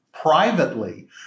privately